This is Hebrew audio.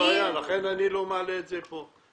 לכן אני לא מעלה את זה פה.